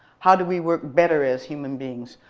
how do we work better as human beings?